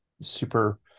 super